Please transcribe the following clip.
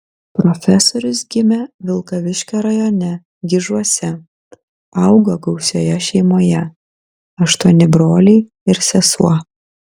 profesorius gimė vilkaviškio rajone gižuose augo gausioje šeimoje aštuoni broliai ir sesuo